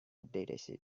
dataset